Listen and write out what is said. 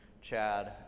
Chad